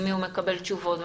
ממי הוא מקבל תשובות,